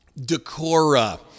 decora